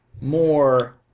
more